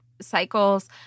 cycles